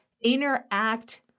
interact